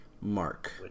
Mark